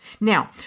Now